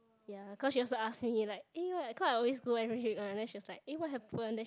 ya cause she also ask me like eh why cause I always go every week one then she was like eh what happened then she